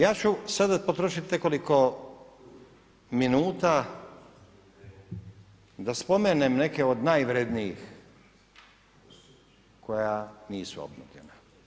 Ja ću sada potrošiti nekoliko minuta da spomenem neke od najvrjednijih koja nisu obnovljena.